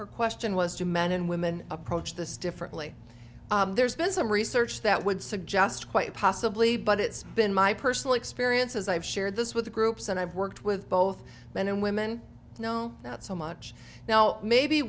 her question was do men and women approach this differently there's been some research that would suggest quite possibly but it's been my personal experience as i've shared this with groups and i've worked with both men and women no not so much now maybe